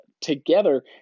together